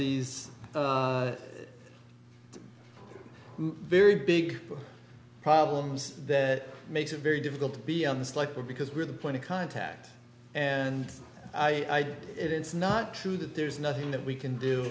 these very big problems that makes it very difficult to be on this like that because we're the point of contact and i it's not true that there's nothing that we can do